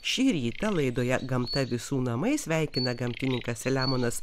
šį rytą laidoje gamta visų namai sveikina gamtininkas selemonas